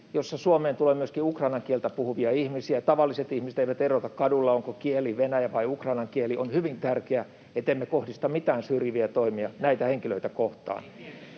jossa Suomeen tulee myöskin ukrainan kieltä puhuvia ihmisiä. Tavalliset ihmiset eivät erota kadulla, onko kieli venäjän vai ukrainan kieli. On hyvin tärkeää, että emme kohdista mitään syrjiviä toimia näitä henkilöitä kohtaan.